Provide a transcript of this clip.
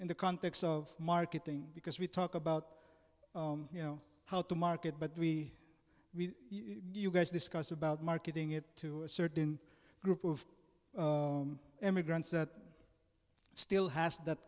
in the context of marketing because we talk about you know how to market but we we you guys discuss about marketing it to a certain group of immigrants that still has that